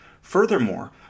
Furthermore